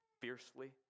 Fiercely